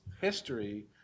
history